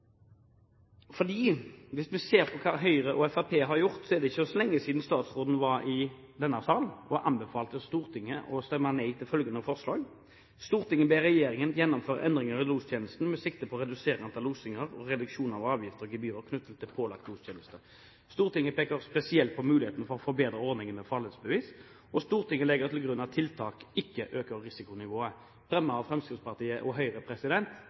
Hvis man ser på hva Høyre og Fremskrittspartiet har gjort, er det ikke så lenge siden statsråden var i denne salen og anbefalte Stortinget å stemme nei til følgende forslag: «Stortinget ber regjeringen gjennomføre endringer i lostjenesten med sikte på å redusere antall losinger og reduksjon av avgifter og gebyrer knyttet til pålagt lostjeneste. Stortinget peker spesielt på muligheten for å forbedre ordningen med farledsbevis. Stortinget legger til grunn at tiltak ikke øker risikonivået.» – fremmet av Fremskrittspartiet og Høyre,